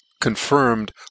confirmed